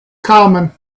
common